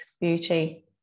beauty